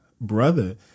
brother